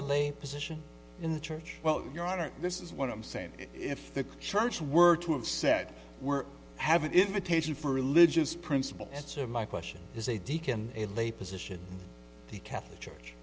lame position in the church well your honor this is what i'm saying if the church were to have said we're have an invitation for a religious principle answer my question is a deacon a lay position the catholic church